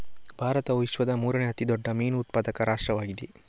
ಭಾರತವು ವಿಶ್ವದ ಮೂರನೇ ಅತಿ ದೊಡ್ಡ ಮೀನು ಉತ್ಪಾದಕ ರಾಷ್ಟ್ರವಾಗಿದೆ